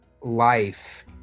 life